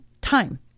time